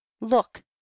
look